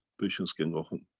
patients can.